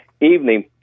evening